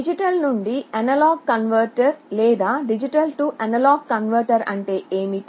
digital నుండి analogue converter లేదా D A converter అంటే ఏమిటి